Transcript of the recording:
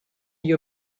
agli